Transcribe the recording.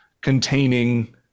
containing